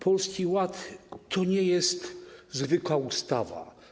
Polski Ład to nie jest zwykła ustawa.